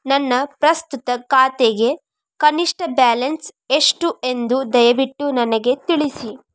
ನನ್ನ ಪ್ರಸ್ತುತ ಖಾತೆಗೆ ಕನಿಷ್ಟ ಬ್ಯಾಲೆನ್ಸ್ ಎಷ್ಟು ಎಂದು ದಯವಿಟ್ಟು ನನಗೆ ತಿಳಿಸಿ